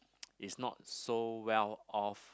is not so well off